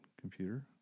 computer